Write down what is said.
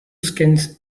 skins